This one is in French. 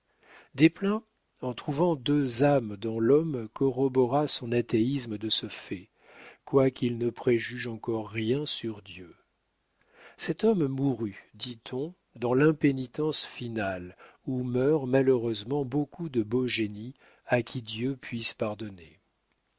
desplein en trouvant deux âmes dans l'homme corrobora son athéisme de ce fait quoiqu'il ne préjuge encore rien sur dieu cet homme mourut dit-on dans l'impénitence finale où meurent malheureusement beaucoup de beaux génies à qui dieu puisse pardonner